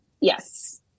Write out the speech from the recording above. yes